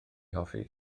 hoffi